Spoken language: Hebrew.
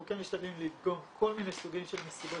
אנחנו כן משתדלים לדגום כל מיני סוגים של מסיבות